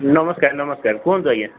ନମସ୍କାର ନମସ୍କାର କୁହନ୍ତୁ ଆଜ୍ଞା